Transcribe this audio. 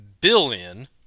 billion